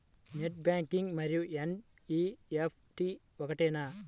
Net banking మరియు NEFT ఒకటేనా?